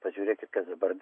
pažiūrėkit kas dabar